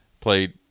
played